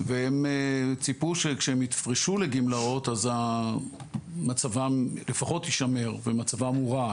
והם ציפו שכשהם יפרשו לגמלאות אז מצבם לפחות יישמר ומצבם הוא רע,